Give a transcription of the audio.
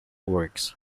works